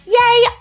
Yay